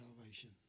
salvation